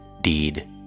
deed